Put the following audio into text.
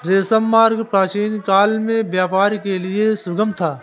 रेशम मार्ग प्राचीनकाल में व्यापार के लिए सुगम था